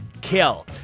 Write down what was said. Kill